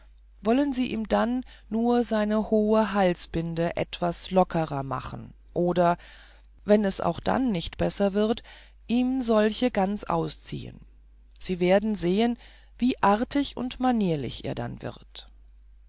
wollten sie ihm dann nur seine hohe halsbinde etwas lockerer machen oder wenn es auch dann nicht besser wird ihm solche ganz ausziehen sie werden sehen wie artig und manierlich er dann wird